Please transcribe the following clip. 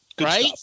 Right